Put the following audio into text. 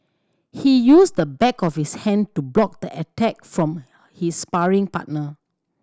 he used the back of his hand to block the attack from his sparring partner